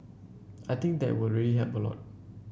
I think that will really help a lot